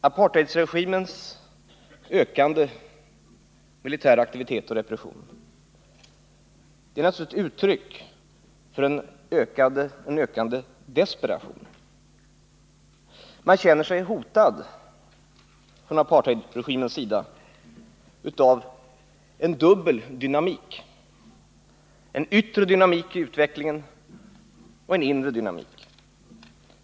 Apartheidregimens ökande militära aktivitet och den ökande repressionen i Sydafrika är naturligtvis uttryck för en ökande desperation. Man känner sig från apartheidregimens sida hotad av en dubbel dynamik: en yttre dynamik i utvecklingen och en inre dynamik.